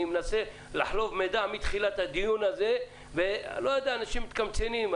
אני מנסה לחלוב מידע מתחילת הדיון הזה ואנשים מתקמצנים.